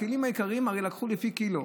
בכלים היקרים, הרי לקחו לפי קילו.